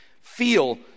feel